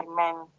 Amen